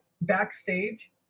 backstage